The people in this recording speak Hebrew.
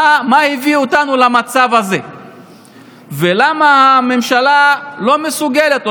מה הביא אותנו למצב הזה ולמה הממשלה לא מסוגלת,